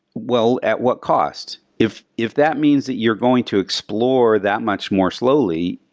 well, at what cost? if if that means that you're going to explore that much more slowly,